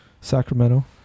Sacramento